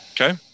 Okay